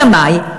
אלא מאי?